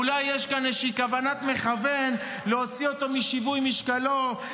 אולי יש כאן איזו כוונת מכוון להוציא אותו משווי משקלו,